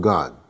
God